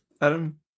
Adam